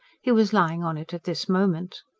he was lying on it at this moment.